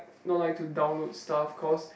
not like to download stuff cause